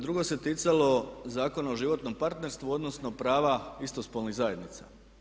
Drugo se ticalo Zakona o životnom partnerstvu odnosno prava istospolnih zajednica.